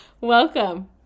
Welcome